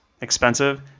expensive